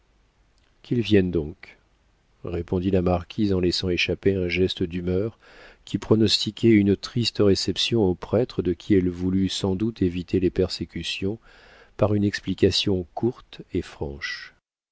qu'il vienne donc répondit la marquise en laissant échapper un geste d'humeur qui pronostiquait une triste réception au prêtre de qui elle voulut sans doute éviter les persécutions par une explication courte et franche